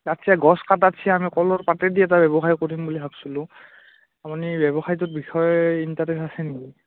তাতছে গছ কাটাতছে আমি কলৰ পাতেদি এটা ব্যৱসায় কৰিম বুলি ভাবিছিলোঁ আপুনি ব্যৱসায়টোত বিষয়ে ইণ্টাৰেষ্ট আছে নেকি